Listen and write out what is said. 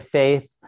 faith